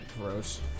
Gross